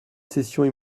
cessions